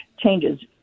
changes